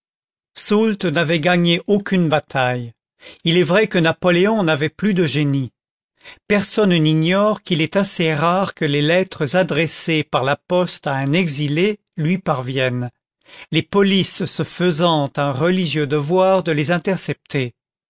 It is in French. n'avait gagné aucune bataille il est vrai que napoléon n'avait plus de génie personne n'ignore qu'il est assez rare que les lettres adressées par la poste à un exilé lui parviennent les polices se faisant un religieux devoir de les intercepter